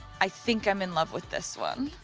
i think i'm in love with this one.